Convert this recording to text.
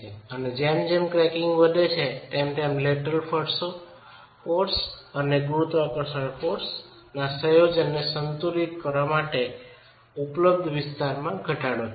અને જેમ જેમ ક્રેકીંગ વધે છે તેમ લેટરલ દળો અને ગુરુત્વાકર્ષણ દળોના સંયોજનને સંતુલિત કરવા માટે ઉપલબ્ધ વિસ્તારમાં ઘટાડો થાય છે